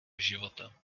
života